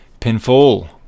pinfall